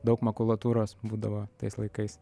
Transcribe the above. daug makulatūros būdavo tais laikais